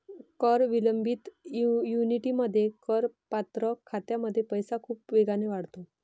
कर विलंबित ऍन्युइटीमध्ये, करपात्र खात्यापेक्षा पैसा खूप वेगाने वाढतो